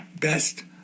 best